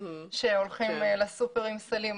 שהולכים לסופר עם סלים,